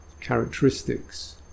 characteristics